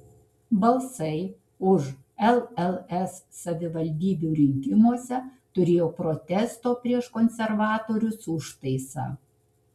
balsai už lls savivaldybių rinkimuose turėjo protesto prieš konservatorius užtaisą